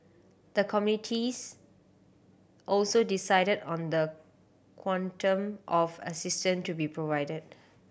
the committees also decided on the quantum of assistance to be provided